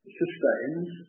sustains